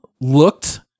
looked